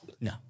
No